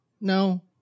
No